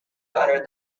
under